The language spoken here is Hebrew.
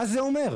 מה זה אומר?